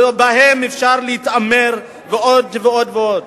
בהם אפשר להתעמר עוד ועוד ועוד.